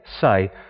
say